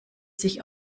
sich